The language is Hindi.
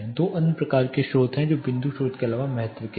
दो अन्य प्रकार के स्रोत हैं जो बिंदु स्रोत के अलावा महत्व के हैं